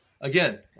again